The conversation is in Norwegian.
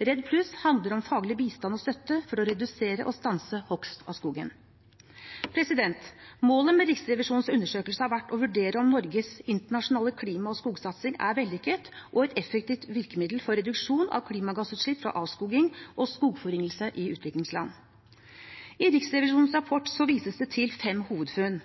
REDD+ handler om faglig bistand og støtte for å redusere og stanse hogst av skogen. Målet med Riksrevisjonens undersøkelse har vært å vurdere om Norges internasjonale klima- og skogsatsing er vellykket og et effektivt virkemiddel for reduksjon av klimagassutslipp fra avskoging og skogforringelse i utviklingsland. I Riksrevisjonens rapport vises det til fem hovedfunn,